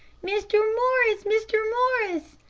mr. morris! mr. morris!